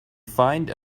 find